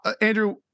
Andrew